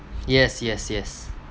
yes yes yes